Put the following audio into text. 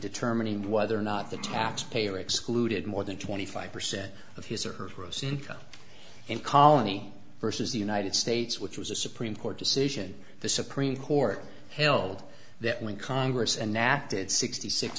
determining whether or not the taxpayer excluded more than twenty five percent of his or her gross income and colony versus the united states which was a supreme court decision the supreme court held that when congress and nat did sixty six